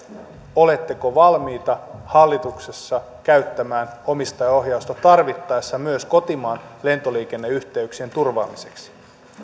oletteko valmiita hallituksessa käyttämään omistajaohjausta tarvittaessa myös kotimaan lentoliikenneyhteyksien turvaamiseksi